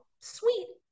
sweet